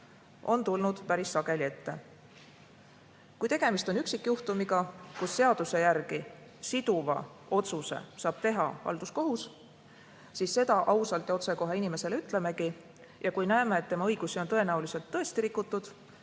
sel juhul asjad korda teha. Kui tegemist on üksikjuhtumiga, kus seaduse järgi siduva otsuse saab teha halduskohus, siis seda ausalt ja otsekohe inimesele ütlemegi. Kui näeme, et tema õigusi on tõenäoliselt tõesti rikutud,